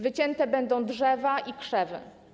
Wycięte będą drzewa i krzewy.